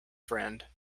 friend